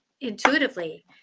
intuitively